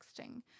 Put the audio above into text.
texting